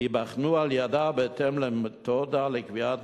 וייבחנו על-ידה בהתאם למתודה לקביעת